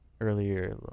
earlier